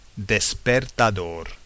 despertador